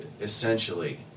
essentially